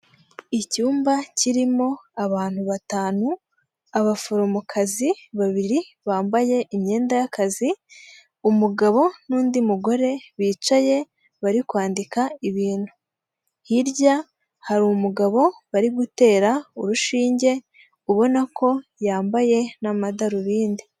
Icyumba kirimo abantu batanu, abaforomokazi babiri bambaye imyenda y'akazi, umugabo n'undi mugore bicaye bari kwandika ibintu. Hirya hari umugabo bari gutera urushinge ubona ko yambaye n'amadarubindi.